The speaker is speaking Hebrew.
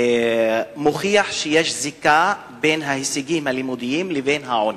מוכיח שיש קשר בין ההישגים הלימודיים לבין העוני.